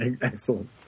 Excellent